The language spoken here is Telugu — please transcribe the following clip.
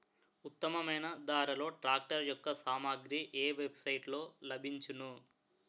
ఉత్తమమైన ధరలో ట్రాక్టర్ యెక్క సామాగ్రి ఏ వెబ్ సైట్ లో లభించును?